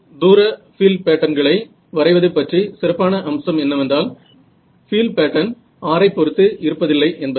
தூர பீல்ட் பேட்டர்ன்களை வரைவது பற்றி சிறப்பான அம்சம் என்னவென்றால் பீல்ட் பேட்டர்ன் r ஐ பொருத்து இருப்பதில்லை என்பதே